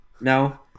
No